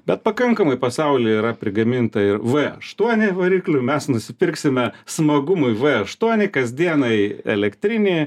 bet pakankamai pasauly yra prigaminta ir v aštuoni variklių mes nusipirksime smagumui v aštuoni kasdienai elektrinį